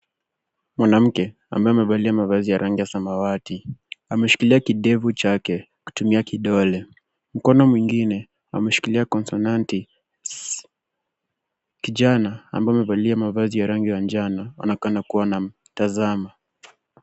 Mwanamke ambaye amevalia mavazi ya rangi ya samawati ameshikilia kidevu chake kutumia kidole. Mkono mwingine ameshikilia konsonanti 's'. Kijana ambaye amevalia mavazi ya rangi ya njano anaonekana kuwa anamtazama.